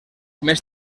més